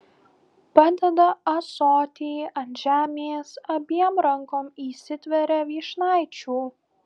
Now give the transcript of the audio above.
padeda ąsotį ant žemės abiem rankom įsitveria vyšnaičių